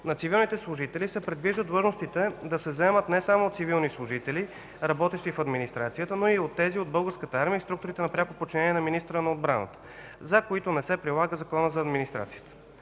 на цивилните служители се предвижда длъжностите да се заемат не само от цивилни служители, работещи в администрацията, но и от тези от Българската армия и структурите на пряко подчинение на министъра на отбраната, за които не се прилага Законът за администрацията.